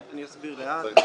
כסף.